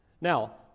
Now